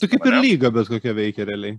tai kaip ir lyga bet kokia veikia realiai